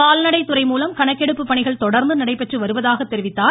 கால்நடை துறை மூலம் கணக்கெடுப்புப் பணிகள் தொடர்ந்து நடைபெற்று வருவதாகவும் தெரிவித்தார்